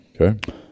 Okay